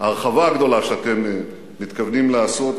ההרחבה הגדולה שאתם מתכוונים לעשות,